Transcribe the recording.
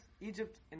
Egypt